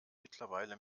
mittlerweile